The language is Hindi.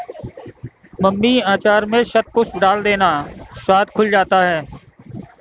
मम्मी अचार में शतपुष्प डाल देना, स्वाद खुल जाता है